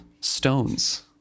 stones